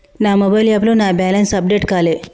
నా మొబైల్ యాప్లో నా బ్యాలెన్స్ అప్డేట్ కాలే